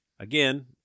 Again